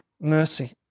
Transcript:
mercy